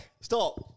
Stop